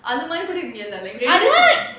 அது மாதிரி கூட இவங்க இல்லல:athu maathiri kooda ivanga illala